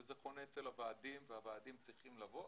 וזה חונה אצל הוועדים והוועדים צריכים לבוא.